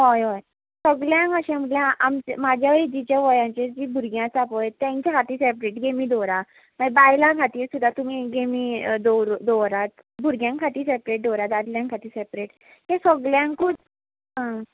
हय हय सगल्यांक अशें म्हटल्या आमच्या म्हाज्या एजीच्या गोंयांची जी भुरगीं आसा पळय तांच्या खातीर सेपरेट गेमी दवरा मागीर बायलां खातीर सुद्दां तुमी गेमी दवर दवरात भुरग्यां खातीर सेपरेट दवरात दादल्यां खातीर सेपरेट हे सगल्यांकूच आं